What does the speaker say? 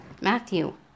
Matthew